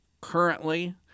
Currently